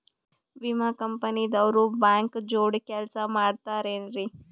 ವಿಮಾ ಕಂಪನಿ ದವ್ರು ಬ್ಯಾಂಕ ಜೋಡಿ ಕೆಲ್ಸ ಮಾಡತಾರೆನ್ರಿ?